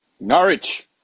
Norwich